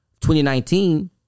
2019